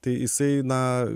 tai jisai na